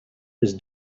his